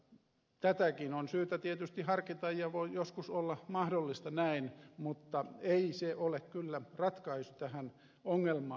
tätäkin on syytä tietysti harkita ja tämä voi joskus olla mahdollista mutta ei se ole kyllä ratkaisu tähän ongelmaan